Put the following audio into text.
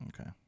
okay